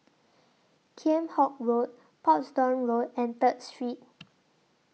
Kheam Hock Road Portsdown Road and Third Street